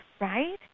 right